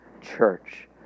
church